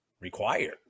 required